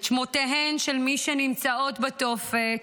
את שמותיהן של מי שנמצאות בתופת,